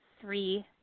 three